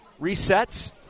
resets